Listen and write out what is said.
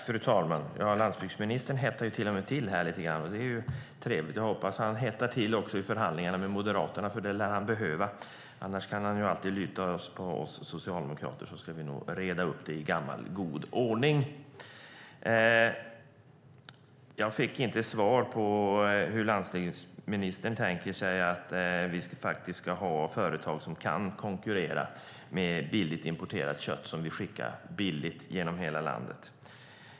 Fru talman! Det hettar till lite grann i landsbygdsministerns anförande. Det är trevligt. Jag hoppas att det också hettar till i förhandlingarna med Moderaterna. Det lär han behöva, annars kan han alltid luta sig mot oss socialdemokrater så ska vi nog reda upp det i gammal god ordning. Jag fick inget svar på frågan hur landsbygdsministern tänker sig att vi ska få företag som kan konkurrera med billigt importerat kött som vi skickar billigt genom hela landet.